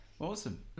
awesome